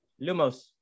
Lumos